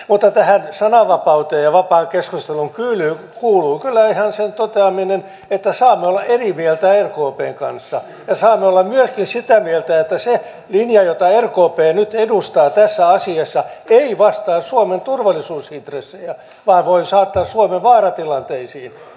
mutta tähän sananvapauteen ja vapaaseen keskusteluun kuuluu kyllä ihan sen toteaminen että saamme olla eri mieltä rkpn kanssa ja saamme olla myöskin sitä mieltä että se linja jota rkp nyt edustaa tässä asiassa ei vastaa suomen turvallisuusintressejä vaan voi saattaa suomen vaaratilanteisiin